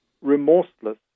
remorseless